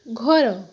ଘର